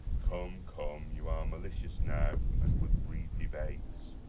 come, come, you are malicious now, and would breed debates.